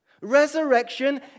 Resurrection